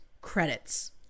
credits